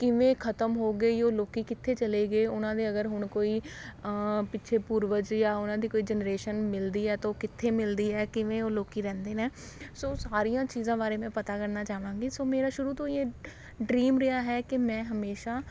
ਕਿਵੇਂ ਖ਼ਤਮ ਹੋ ਗਈ ਉਹ ਲੋਕ ਕਿੱਥੇ ਚਲੇ ਗਏ ਉਹਨਾਂ ਦੇ ਅਗਰ ਹੁਣ ਕੋਈ ਪਿੱਛੇ ਪੂਰਵਜ ਜਾਂ ਉਹਨਾਂ ਦੀ ਕੋਈ ਜਨਰੇਸ਼ਨ ਮਿਲਦੀ ਹੈ ਤਾਂ ਉਹ ਕਿੱਥੇ ਮਿਲਦੀ ਹੈ ਕਿਵੇਂ ਉਹ ਲੋਕ ਰਹਿੰਦੇ ਨੇ ਸੋ ਸਾਰੀਆਂ ਚੀਜ਼ਾਂ ਬਾਰੇ ਮੈਂ ਪਤਾ ਕਰਨਾ ਚਾਹਵਾਂਗੀ ਸੋ ਮੇਰਾ ਸ਼ੁਰੂ ਤੋਂ ਹੀ ਇਹ ਡ੍ਰੀਮ ਰਿਹਾ ਹੈ ਕਿ ਮੈਂ ਹਮੇਸ਼ਾ